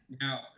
Now